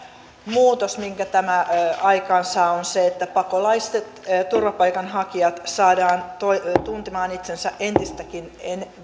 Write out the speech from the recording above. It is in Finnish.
muutos minkä tämä aikaansaa on se että pakolaiset ja ja turvapaikanhakijat saadaan tuntemaan itsensä entistäkin